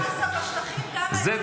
החסה בשטחים גם היועצת המשפטית.